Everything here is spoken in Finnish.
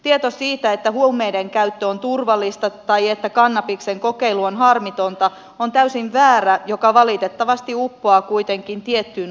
tieto siitä että huumeiden käyttö on turvallista tai että kannabiksen kokeilu on harmitonta on täysin väärä mutta valitettavasti uppoaa kuitenkin tiettyyn osaan nuoriamme